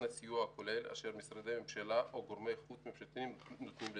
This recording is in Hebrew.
הסיוע הכולל אשר משרדי הממשלה או גורמים חוץ-ממשלתיים נותנים לניצולים.